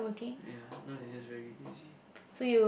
ya now they're just very lazy